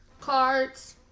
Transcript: cards